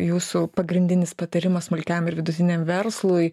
jūsų pagrindinis patarimas smulkiam ir vidutiniam verslui